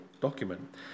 document